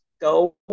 Go